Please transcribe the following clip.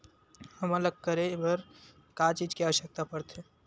हमन ला करे बर का चीज के आवश्कता परथे?